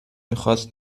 میخاست